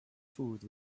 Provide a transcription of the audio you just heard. food